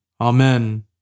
Amen